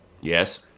Yes